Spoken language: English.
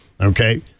Okay